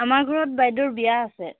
আমাৰ ঘৰত বাইদেউৰ বিয়া আছে